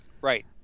right